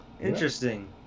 Interesting